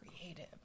creative